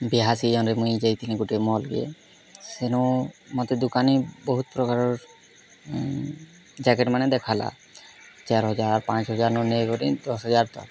ବିହାସି ଅନେ ମୁଇଁ ଯାଇଥିଲି ଗୋଟେ ମଲ୍ କେ ସେନୁ ମୋତେ ଦୋକାନୀ ବହୁତ ପ୍ରକାରର ଜାକେଟ୍ମାନ ଦେଖାଇଲା ଚାର୍ ହଜାର ପାଞ୍ଚ ହଜାର ନୋ ନେଇ କରି ଦଶ ହଜାର ତକ